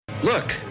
Look